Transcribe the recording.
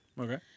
Okay